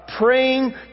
praying